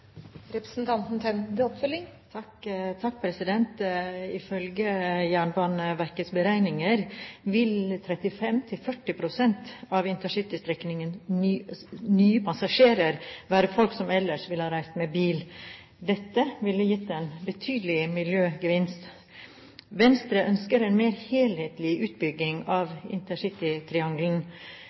Ifølge Jernbaneverkets beregninger vil 35–40 pst. av intercitystrekningens nye passasjerer være folk som ellers ville ha reist med bil. Dette ville gitt en betydelig miljøgevinst. Venstre ønsker en mer helhetlig utbygging av